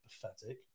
pathetic